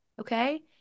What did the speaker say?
okay